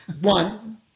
One